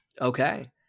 Okay